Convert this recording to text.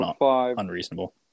Unreasonable